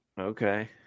Okay